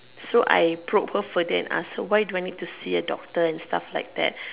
so I probed her further and asked her why do I have to see a doctor and stuff like that